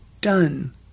done